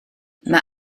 mae